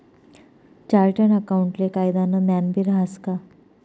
chartered अकाऊंटले कायदानं ज्ञानबी रहास का